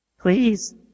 Please